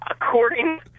According